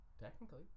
Technically